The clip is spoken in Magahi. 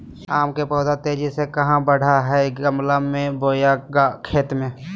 आम के पौधा तेजी से कहा बढ़य हैय गमला बोया खेत मे?